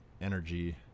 energy